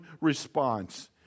response